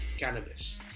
cannabis